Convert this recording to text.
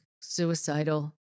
suicidal